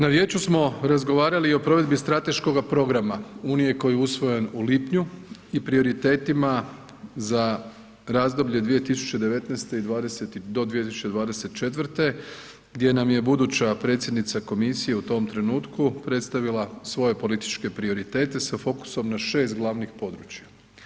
Na vijeću smo razgovarali i o provedbi strateškoga programa unije koji je usvojen u lipnju i prioritetima za razdoblje 2019. do 2024. gdje nam je buduća predsjednica komisije u tom trenutku predstavila svoje političke prioritete sa fokusom na šest glavnih područja.